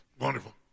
wonderful